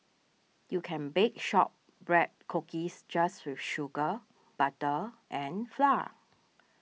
you can bake Shortbread Cookies just with sugar butter and flour